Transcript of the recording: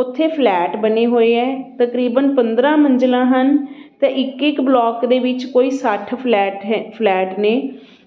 ਉੱਥੇ ਫਲੈਟ ਬਣੇ ਹੋਏ ਹੈ ਤਕਰੀਬਨ ਪੰਦਰਾਂ ਮੰਜ਼ਿਲਾਂ ਹਨ ਅਤੇ ਇੱਕ ਇੱਕ ਬਲੋਕ ਦੇ ਵਿੱਚ ਕੋਈ ਸੱਠ ਫਲੈਟ ਹੈ ਫਲੈਟ ਨੇ